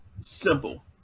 simple